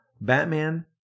batman